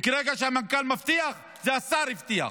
וברגע שהמנכ"ל מבטיח זה השר מבטיח,